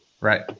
Right